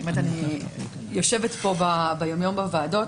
אני יושבת פה ביומיום בוועדות.